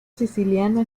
siciliano